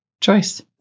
choice